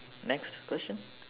next question